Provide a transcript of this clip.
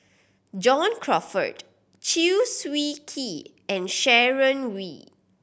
John Crawfurd Chew Swee Kee and Sharon Wee